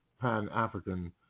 Pan-African